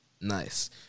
Nice